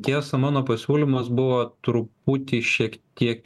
tiesa mano pasiūlymas buvo truputį šiek tiek